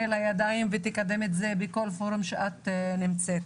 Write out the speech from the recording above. לידיה ותקדם אותו בכל פורום בו את נמצאת.